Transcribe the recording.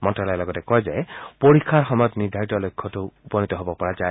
মন্তালয়ে লগতে কয় যে পৰীক্ষাৰ সময়ত নিৰ্ধাৰিত লক্ষ্যত উপনীত হ'ব পৰা যায়